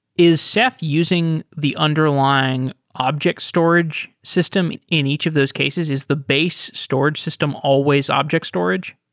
is ceph using the underlying object storage system in each of those cases? is the base storage system always object storage?